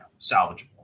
salvageable